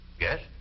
Yes